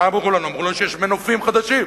הרי מה אמרו לנו, אמרו לנו שיש מנופים חדשים.